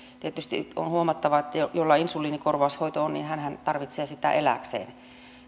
tietysti on huomattava että hän jolla insuliinikorvaushoito on tarvitsee sitä elääkseen